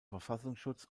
verfassungsschutz